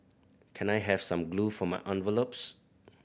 can I have some glue for my envelopes